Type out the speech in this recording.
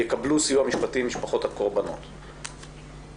משפחות הקורבנות יקבלו סיוע משפטי.